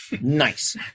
nice